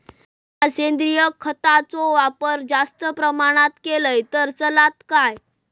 मीया सेंद्रिय खताचो वापर जास्त प्रमाणात केलय तर चलात काय?